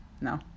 no